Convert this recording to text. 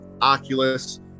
Oculus